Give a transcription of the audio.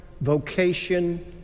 vocation